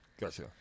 Gotcha